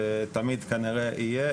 תמיד כנראה יהיה,